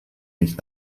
nicht